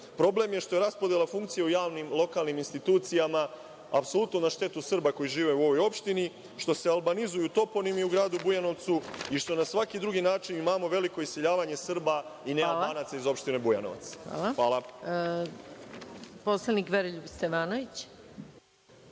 Problem je što je raspodela funkcija u javnim lokalnim institucijama apsolutno na štetu Srba koji žive u ovoj opštini, što se albanizuju toponimi u gradu Bujanovcu i što na svaki drugi način imamo veliko iseljavanje Srba i nealbanaca iz opštine Bujanovac. Hvala. **Maja Gojković**